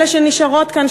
אלה שנשארות כאן,